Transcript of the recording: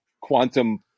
quantum